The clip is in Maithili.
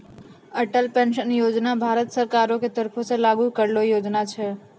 अटल पेंशन योजना भारत सरकारो के तरफो से लागू करलो योजना छै